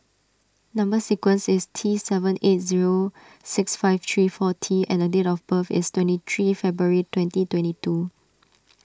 Number Sequence is T seven eight zero six five three four T and date of birth is twenty three February twenty twenty two